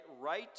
right